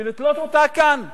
ולתלות אותה כאן ברקע.